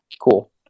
Cool